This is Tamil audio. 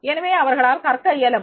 எனவே அவர்களால் கற்க இயலும்